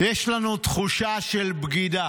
"יש לנו תחושה של בגידה.